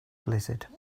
blizzard